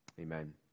amen